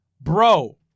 bro